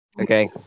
okay